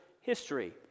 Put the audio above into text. history